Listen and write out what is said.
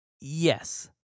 Yes